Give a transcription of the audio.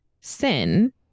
sin